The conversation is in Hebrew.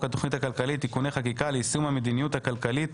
התכנית הכלכלית (תיקוני חקיקה ליישום המדינות הכלכלית